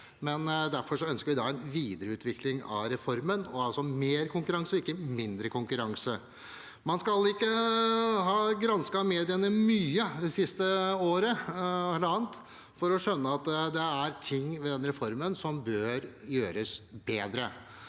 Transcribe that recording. derfor ønsker vi en videreutvikling av reformen og altså mer konkurranse og ikke mindre konkurranse. Man skal ikke ha gransket mediene mye det siste halvannet året for å skjønne at det er noe ved denne reformen som bør gjøres bedre.